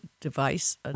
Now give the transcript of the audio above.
device